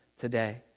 today